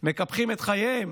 הם מקפחים את חייהם,